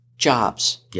jobs